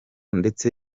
ndetse